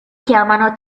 chiamano